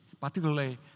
particularly